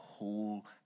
Whole